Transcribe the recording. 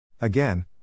Again